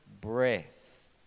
breath